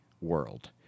world